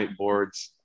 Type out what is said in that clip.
whiteboards